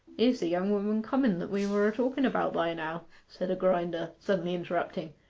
here's the young woman comen that we were a-talken about by-now said a grinder, suddenly interrupting.